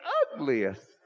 ugliest